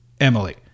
Emily